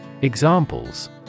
Examples